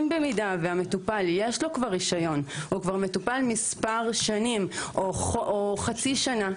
במידה שלמטופל יש כבר רישיון והוא כבר מטופל מס' שנים או חצי שנה,